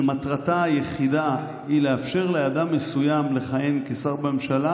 שמטרתה היחידה היא לאפשר לבן אדם מסוים לכהן כשר בממשלה,